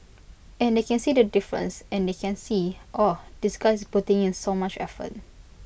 and they can see the difference and they can see oh this guy is putting in so much effort